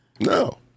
no